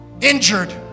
injured